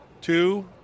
two